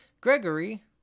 Gregory